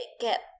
get